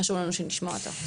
חשוב לנו שנשמע אותו.